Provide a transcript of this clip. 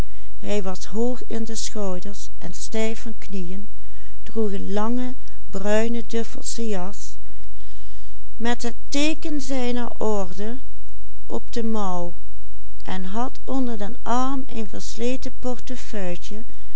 droeg een langen bruinen duffelschen jas met het teeken zijner orde op de mouw en had onder den arm een versleten